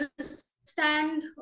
understand